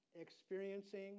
experiencing